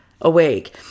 awake